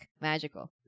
Magical